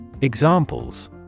Examples